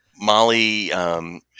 Molly